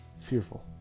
fearful